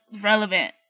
relevant